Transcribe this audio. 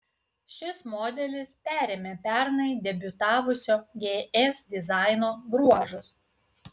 šis modelis perėmė pernai debiutavusio gs dizaino bruožus